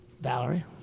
Valerie